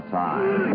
time